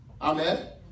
Amen